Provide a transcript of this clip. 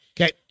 Okay